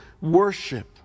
worship